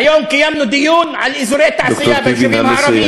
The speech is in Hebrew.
היום קיימנו דיון על אזורי תעשייה ביישובים הערביים.